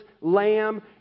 lamb